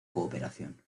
cooperación